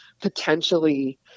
potentially